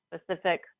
specific